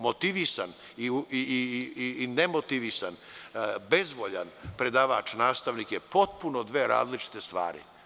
Motivisan i nemotivisan, bezvoljan predavač, nastavnik su potpuno dve različite stvari.